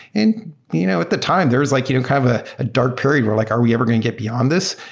you know at the time, there is like you know kind of ah a dark period. we're like, are we ever going get beyond this?